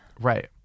right